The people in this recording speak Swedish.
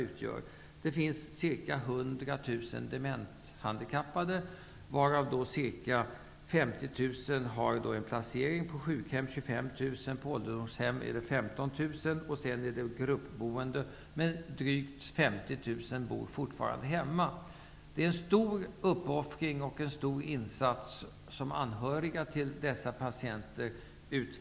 Det finns ca 100 000 dementhandikappade, varav ca 50 000 är placerade på sjukhem, 25 000 är placerade på ålderdomshem och 15 000 är placerade i gruppboende. Men drygt 50 000 bor fortfarande hemma. De anhöriga gör en stor uppoffring och en stor insats för dessa patienter.